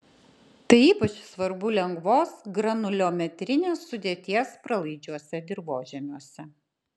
tai ypač svarbu lengvos granuliometrinės sudėties pralaidžiuose dirvožemiuose